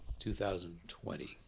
2020